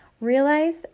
Realize